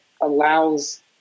allows –